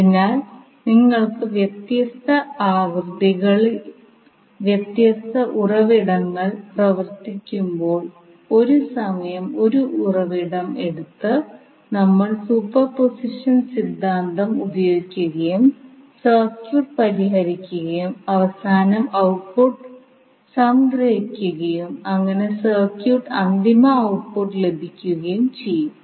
അതിനാൽ നിങ്ങൾക്ക് വ്യത്യസ്ത ആവൃത്തികളിൽ വ്യത്യസ്ത ഉറവിടങ്ങൾ പ്രവർത്തിക്കുമ്പോൾ ഒരു സമയം ഒരു ഉറവിടം എടുത്ത് നമ്മൾ സൂപ്പർപോസിഷൻ സിദ്ധാന്തം ഉപയോഗിക്കുകയും സർക്യൂട്ട് പരിഹരിക്കുകയും അവസാനം ഔട്ട്പുട്ട് സംഗ്രഹിക്കുകയും അങ്ങനെ സർക്യൂട്ടിന്റെ അന്തിമ ഔട്ട്പുട്ട് ലഭിക്കുകയും ചെയ്യും